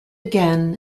again